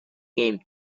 came